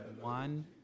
one